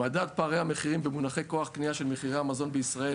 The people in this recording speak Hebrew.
מדד פערי המחירים במונחי כוח קנייה של מחירי המזון בישראל